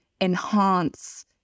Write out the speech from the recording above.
enhance